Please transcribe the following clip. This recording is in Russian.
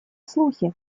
слухи